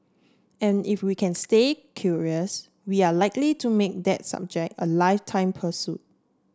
and if we can stay curious we are likely to make that subject a lifetime pursuit